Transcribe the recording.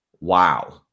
Wow